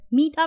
meetup